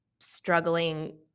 struggling